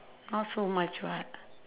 not so much [what]